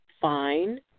fine